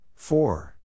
Four